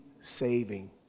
saving